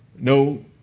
No